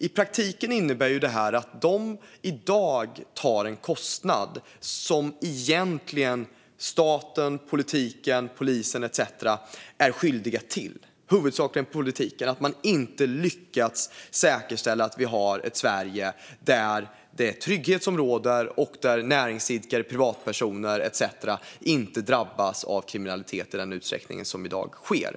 I praktiken innebär det att näringsidkarna i dag tar en kostnad som staten, politiken, polisen etcetera egentligen är skyldiga till. Det gäller huvudsakligen politiken. Man har inte lyckats säkerställa att vi har ett Sverige där det är trygghet som råder och där näringsidkare, privatpersoner etcetera inte drabbas av kriminalitet i den utsträckning som i dag sker.